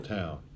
Town